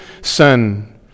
son